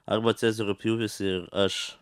arba cezario pjūvis ir aš